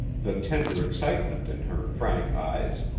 the tender excitement in her frank eyes,